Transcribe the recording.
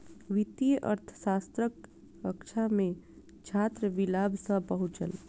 वित्तीय अर्थशास्त्रक कक्षा मे छात्र विलाभ सॅ पहुँचल